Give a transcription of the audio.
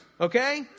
Okay